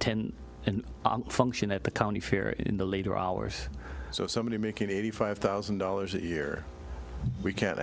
tend and function at the county fair in the later hours so somebody making eighty five thousand dollars a year we can